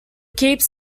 keeps